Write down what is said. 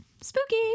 spooky